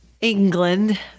England